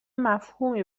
مفهومی